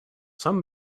some